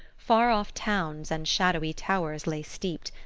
far-off towns and shadowy towers lay steeped,